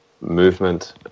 movement